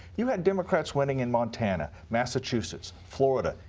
you had democrats winning in montana, massachusetts, florida,